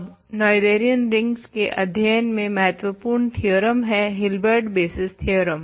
अब Noetherian rings के अध्ययन में महत्वपूर्ण थ्योरम है हिल्बर्ट बेसिस थ्योरम